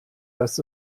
dass